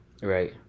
right